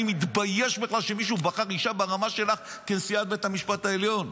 אני מתבייש בכלל שמישהו בחר אישה ברמה שלך לנשיאת בית המשפט העליון.